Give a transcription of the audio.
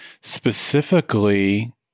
specifically